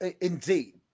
Indeed